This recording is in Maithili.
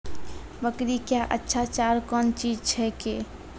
बकरी क्या अच्छा चार कौन चीज छै के?